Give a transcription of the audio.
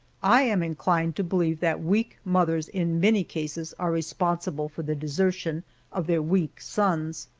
i am inclined to believe that weak mothers in many cases are responsible for the desertion of their weak sons.